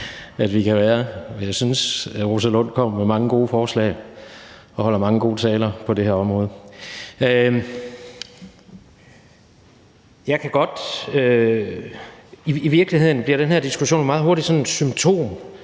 at vi kan være. Men jeg synes, at Rosa Lund kommer med mange gode forslag og holder mange gode taler på det her område. I virkeligheden bliver den her diskussion meget hurtigt sådan